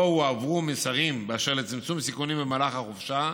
שבה הועברו מסרים באשר לצמצום סיכונים במהלך החופשה.